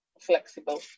flexible